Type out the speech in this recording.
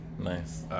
Nice